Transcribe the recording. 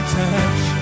touch